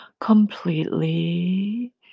completely